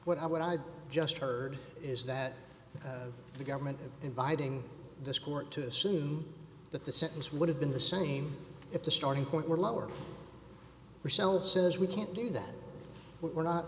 what i what i'd just heard is that the government inviting this court to assume that the sentence would have been the same if the starting point were lower herself says we can't do that we're not